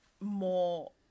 more